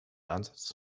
ansatz